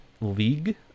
League